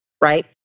right